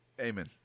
Amen